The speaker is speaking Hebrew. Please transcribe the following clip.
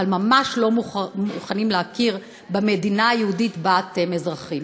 אבל ממש לא מוכנים להכיר במדינה היהודית שבה אתם אזרחים.